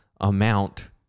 amount